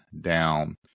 down